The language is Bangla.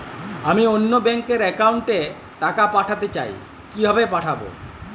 আমি অন্য ব্যাংক র অ্যাকাউন্ট এ টাকা পাঠাতে চাই কিভাবে পাঠাবো?